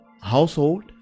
household